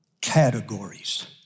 categories